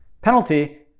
penalty